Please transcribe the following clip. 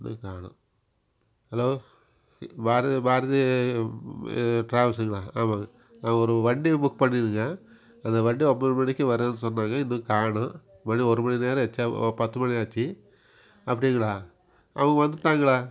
ஆளே காணோம் ஹலோ பாரதி பாரதி டிராவல்ஸுங்ளா ஆமாங்க நான் ஒரு வண்டியை புக் பண்ணியிருக்கேன் அந்த வண்டி ஒம்பது மணிக்கு வருமன் சொன்னாங்க இன்னும் காணோம் மணி ஒரு மணி நேரம் ஆச்சு ஓ பத்து மணி ஆச்சு அப்படிங்களா அவங்க வந்துட்டாங்களா